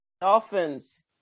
Dolphins